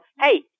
hey